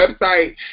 website